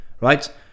right